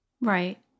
Right